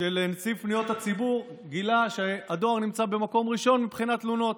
של נציב פניות הציבור גילה שהדואר נמצא במקום ראשון מבחינת תלונות,